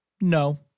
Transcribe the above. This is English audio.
No